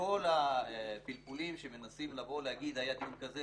וכל הפלפולים שמנסים לבוא ולהגיד: היה דיון כזה,